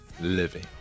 living